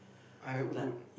I would